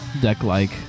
deck-like